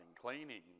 cleaning